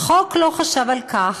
החוק לא חשב על כך